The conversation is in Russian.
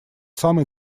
самой